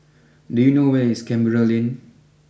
do you know where is Canberra Lane